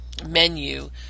menu